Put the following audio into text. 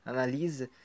Analisa